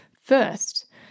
First